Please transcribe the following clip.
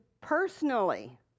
personally